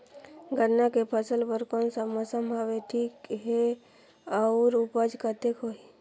गन्ना के फसल बर कोन सा मौसम हवे ठीक हे अउर ऊपज कतेक होही?